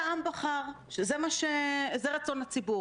תעשו חופשות.